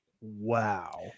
wow